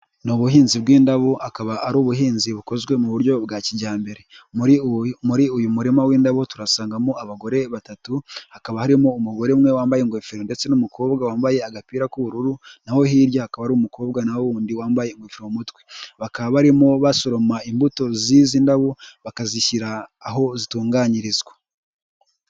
Ni ubuhinzi bw'indabo akaba ari ubuhinzi bukozwe mu buryo bwa kijyambere. Muri uyu murima w'indabo turasangamo abagore batatu hakaba harimo umugore umwe wambaye ingofero ndetse n'umukobwa wambaye agapira k'ubururu na ho hirya akaba ari umukobwa na wundi wambaye ingofero mu mutwe bakaba barimo basoroma imbuto z'izi ndabo, bakazishyira aho zitunganyirizwa.